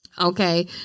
Okay